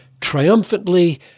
triumphantly